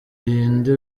birinda